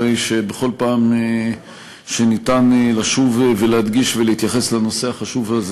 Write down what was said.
הרי בכל פעם שאפשר לשוב ולהדגיש ולהתייחס לנושא החשוב הזה,